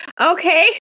Okay